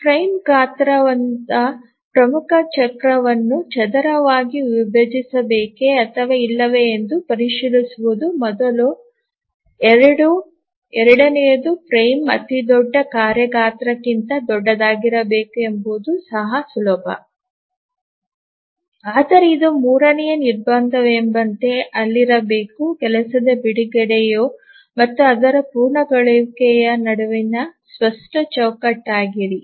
frame ಗಾತ್ರವು ಪ್ರಮುಖ ಚಕ್ರವನ್ನು ಚದರವಾಗಿ ವಿಭಜಿಸಬೇಕೇ ಅಥವಾ ಇಲ್ಲವೇ ಎಂದು ಪರಿಶೀಲಿಸುವುದು ಮೊದಲ ಎರಡು ಎರಡನೆಯದು ಫ್ರೇಮ್ ಅತಿದೊಡ್ಡ ಕಾರ್ಯ ಗಾತ್ರಕ್ಕಿಂತ ದೊಡ್ಡದಾಗಿರಬೇಕು ಎಂಬುದು ಸಹ ಸುಲಭ ಆದರೆ ಇದು ಮೂರನೆಯ ನಿರ್ಬಂಧವೆಂದರೆ ಅಲ್ಲಿರಬೇಕು ಕೆಲಸದ ಬಿಡುಗಡೆ ಮತ್ತು ಅದರ ಪೂರ್ಣಗೊಳಿಸುವಿಕೆಯ ನಡುವಿನ ಸ್ಪಷ್ಟ ಚೌಕಟ್ಟಾಗಿರಿ